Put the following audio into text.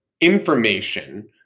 Information